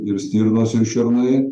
ir stirnos šernai